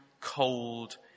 cold